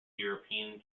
european